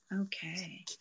okay